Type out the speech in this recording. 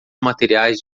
materiais